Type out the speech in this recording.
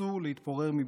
אסור להתפורר מבפנים.